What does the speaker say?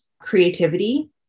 creativity